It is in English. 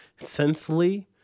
Sensely